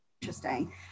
interesting